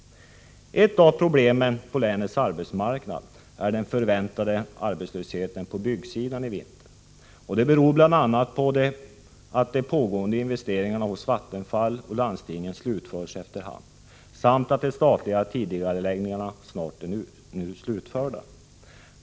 Ett av problemen på länets arbetsmarknad är den förväntade arbetslösheten på byggsidan i vinter, och det beror bl.a. på att de pågående investeringarna hos Vattenfall och landstingen slutförs efter hand samt att de statliga tidigareläggningarna snart är slutförda.